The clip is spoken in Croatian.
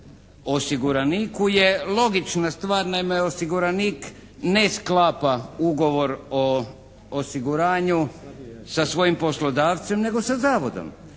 osiguraniku je logična stvar. Naime, osiguranik ne sklapa ugovor o osiguranju sa svojim poslodavcem nego sa zavodom.